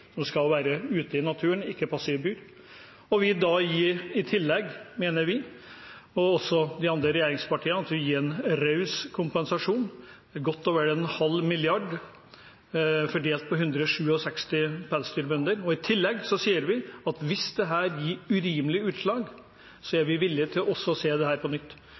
som skal være ute i naturen, ikke passer i bur. I tillegg gir vi – mener vi – og også de andre regjeringspartiene en raus kompensasjon på godt og vel en halv milliard kroner fordelt på 167 pelsdyrbønder, og vi sier at hvis dette gir urimelige utslag, er vi villig til også å se på dette på nytt.